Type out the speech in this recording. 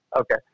Okay